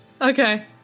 Okay